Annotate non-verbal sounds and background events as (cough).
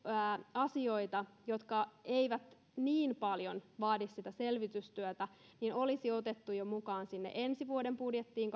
asioita jotka eivät niin paljon vaadi selvitystyötä olisi otettu mukaan jo ensi vuoden budjettiin (unintelligible)